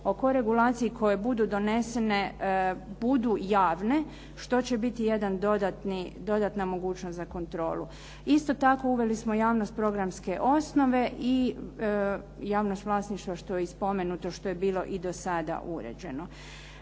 o koregulaciji koje budu donesene budu javne što će biti jedan dodatni, dodatna mogućnost za kontrolu. Isto tako, uveli smo javnost programske osnove i javnost vlasništva što je i spomenuto što je bilo i do sada uređeno.